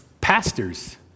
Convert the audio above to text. pastors